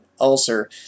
ulcer